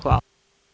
Hvala.